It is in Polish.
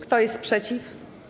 Kto jest przeciw?